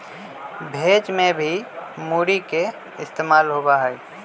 भेज में भी मूरी के इस्तेमाल होबा हई